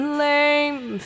lame